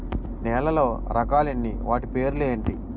నేలలో రకాలు ఎన్ని వాటి పేర్లు ఏంటి?